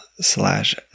slash